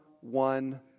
one